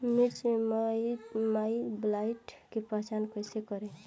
मिर्च मे माईटब्लाइट के पहचान कैसे करे?